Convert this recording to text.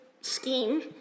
scheme